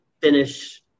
finish